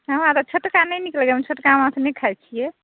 हमरा तऽ छोटका नहि नीक लगैए हम छोटका नहि खाइत छियै